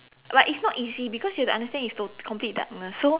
but it's not easy because you have to understand it's tot~ complete darkness so